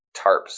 tarps